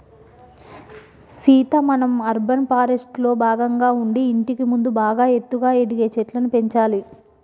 సీత మనం అర్బన్ ఫారెస్ట్రీలో భాగంగా ఉండి ఇంటికి ముందు బాగా ఎత్తుగా ఎదిగే చెట్లను పెంచాలి